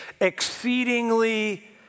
exceedingly